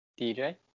DJ